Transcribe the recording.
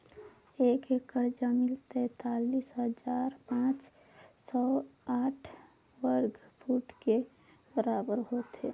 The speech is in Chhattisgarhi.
एक एकड़ जमीन तैंतालीस हजार पांच सौ साठ वर्ग फुट के बराबर होथे